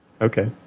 Okay